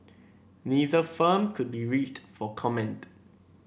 neither firm could be reached for comment